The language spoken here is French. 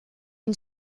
une